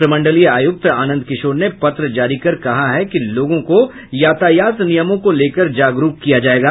प्रमंडलीय आयुक्त आनंद किशोर ने पत्र जारी कर कहा है कि लोगों को यातायात नियमों को लेकर जागरूक किया जायेगा